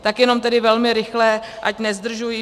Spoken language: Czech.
Tak jenom tedy velmi rychle, ať nezdržuji.